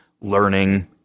learning